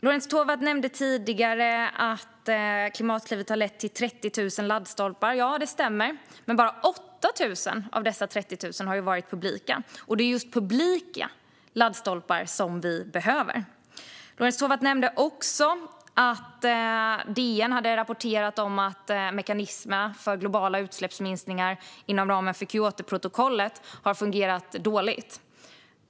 Lorentz Tovatt nämnde tidigare att Klimatklivet har lett till 30 000 laddstolpar. Ja, det stämmer, men bara 8 000 av dessa har varit publika. Det är ju just publika laddstolpar vi behöver. Lorentz Tovatt nämnde också att DN har rapporterat om att mekanismerna för globala utsläppsminskningar inom ramen för Kyotoprotokollet har fungerat dåligt.